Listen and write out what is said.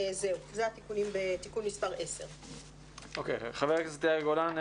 אלה התיקונים בתיקון מספר 10. חבר הכנסת יאיר גולן,